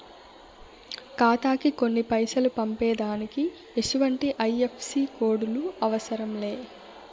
ఖాతాకి కొన్ని పైసలు పంపేదానికి ఎసుమంటి ఐ.ఎఫ్.ఎస్.సి కోడులు అవసరం లే